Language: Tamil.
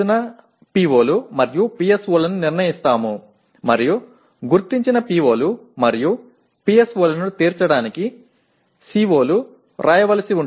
க்கள் மற்றும் PSOக்களை தீர்மானிக்கலாம் மேலும் அடையாளம் காணப்பட்ட POக்கள் மற்றும் PSOக்களை சந்திக்க COக்கள் எழுதப்பட வேண்டும்